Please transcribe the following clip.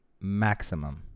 Maximum